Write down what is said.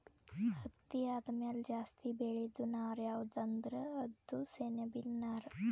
ಹತ್ತಿ ಆದಮ್ಯಾಲ ಜಾಸ್ತಿ ಬೆಳೇದು ನಾರ್ ಯಾವ್ದ್ ಅಂದ್ರ ಅದು ಸೆಣಬಿನ್ ನಾರ್